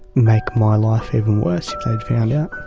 make my life even worse if they had found out.